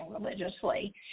religiously